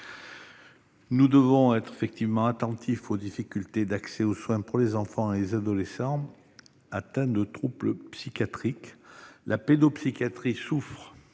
Nous devons être attentifs aux difficultés d'accès aux soins pour les enfants et les adolescents atteints de troubles psychiatriques. La pédopsychiatrie souffre